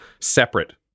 separate